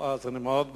אז אני מאוד שמח,